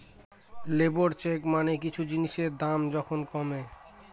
labour check মানে কিছু জিনিসের দাম যখন কমে